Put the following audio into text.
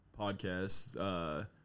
podcasts